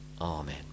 Amen